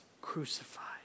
crucified